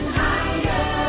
higher